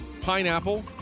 pineapple